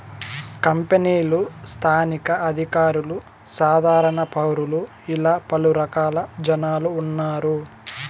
కంపెనీలు స్థానిక అధికారులు సాధారణ పౌరులు ఇలా పలు రకాల జనాలు ఉన్నారు